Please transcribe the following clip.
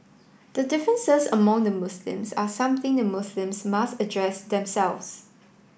the differences among the Muslims are something the Muslims must address themselves